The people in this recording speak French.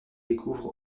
découvre